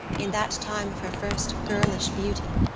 in that time of her first girlish beauty,